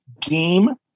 game